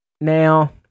Now